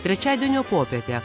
trečiadienio popietę